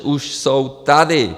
Už jsou tady.